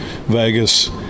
Vegas